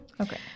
Okay